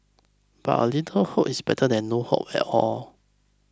but a little hope is better than no hope at all